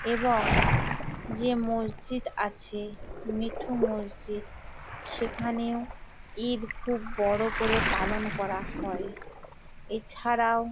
এবং যে মসজিদ আছে মিঠু মসজিদ সেখানেও ঈদ খুব বড়ো করে পালন করা হয় এছাড়াও